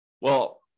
well-